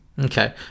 Okay